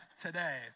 today